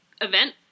event